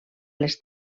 les